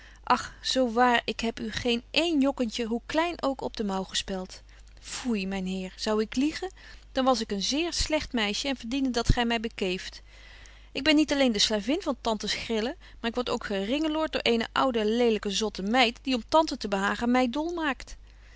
och zo waar ik heb u geen één jokkentje hoe klein ook op den mouw gespelt foei myn heer zou ik liegen dan was ik een zeer slegt meisje en verdiende dat gy my bekeeft ik ben niet alleen de slavin van tantes grillen maar ik word ook geringeloort door eene oude lelyke zotte meid die om tante te behagen my dol maakt